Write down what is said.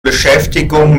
beschäftigung